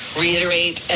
reiterate